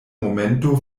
momento